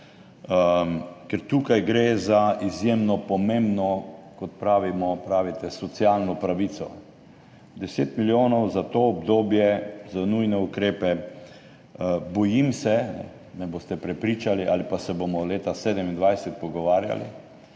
Ker tukaj gre za izjemno pomembno, kot pravimo, pravite, socialno pravico. 10 milijonov za to obdobje za nujne ukrepe – bojim se, me boste prepričali ali pa se bomo leta 2027 pogovarjali,